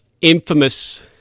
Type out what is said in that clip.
infamous